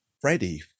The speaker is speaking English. Freddie